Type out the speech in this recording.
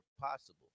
possible